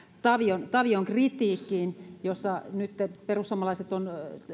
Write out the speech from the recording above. tavion tavion kritiikkiin jolla nyt perussuomalaiset ovat